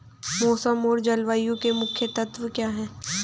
मौसम और जलवायु के मुख्य तत्व क्या हैं?